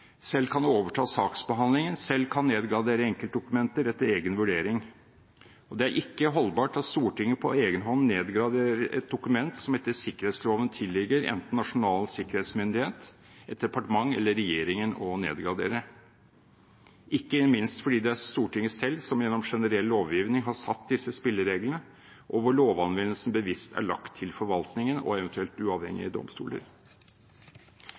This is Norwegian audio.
selv kan overta saksbehandlingen, og selv kan nedgradere enkeltdokumenter etter egen vurdering. Det er ikke holdbart at Stortinget på egen hånd nedgraderer et dokument som etter sikkerhetsloven tilligger enten Nasjonal sikkerhetsmyndighet, et departement eller regjeringen å nedgradere, ikke minst fordi det er Stortinget selv som gjennom generell lovgivning har satt disse spillereglene, og hvor lovanvendelsen bevisst er lagt til forvaltningen og eventuelt uavhengige domstoler.